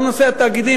גם נושא התאגידים,